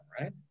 right